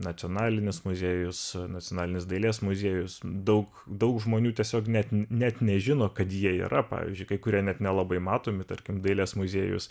nacionalinis muziejus nacionalinis dailės muziejus daug daug žmonių tiesiog net net nežino kad jie yra pavyzdžiui kai kurie net nelabai matomi tarkim dailės muziejus